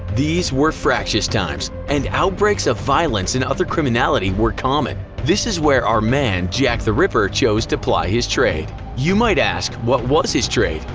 these were fractious times, and outbreaks of violence and other criminality were common. this is where our man jack the ripper chose to ply his trade. you might ask what was his trade?